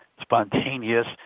spontaneous